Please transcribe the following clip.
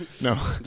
No